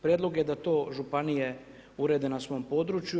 Prijedlog je da to županije urede na svom području.